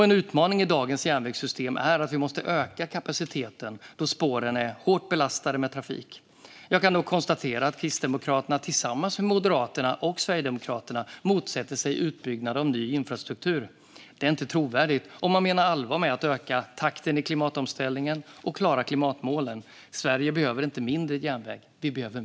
En utmaning i dagens järnvägssystem är att vi måste öka kapaciteten då spåren är hårt belastade med trafik. Jag kan dock konstatera att Kristdemokraterna tillsammans med Moderaterna och Sverigedemokraterna motsätter sig utbyggnad av ny infrastruktur. Det är inte trovärdigt om man menar allvar med att öka takten i klimatomställningen och klara klimatmålen. Sverige behöver inte mindre järnväg - vi behöver mer.